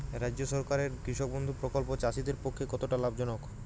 রাজ্য সরকারের কৃষক বন্ধু প্রকল্প চাষীদের পক্ষে কতটা লাভজনক?